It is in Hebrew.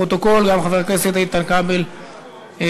לפרוטוקול, גם חבר הכנסת איתן כבל מצטרף.